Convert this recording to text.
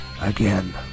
again